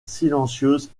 silencieuses